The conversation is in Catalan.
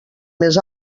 més